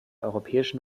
europäischen